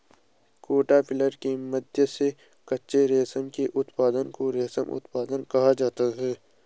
caterpillar के माध्यम से कच्चे रेशम के उत्पादन को रेशम उत्पादन कहा जाता है